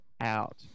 out